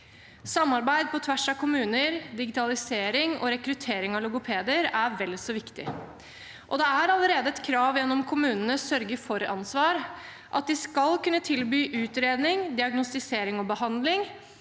Samarbeid på tvers av kommuner, digitalisering og rekruttering av logopeder er vel så viktig. Det er allerede et krav gjennom kommunenes sørgefor-ansvar at de skal kunne tilby utredning, diagnostisering og behandling